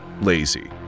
lazy